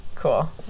Cool